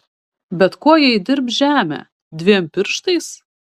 bet kuo jie įdirbs žemę dviem pirštais